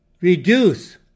reduce